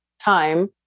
time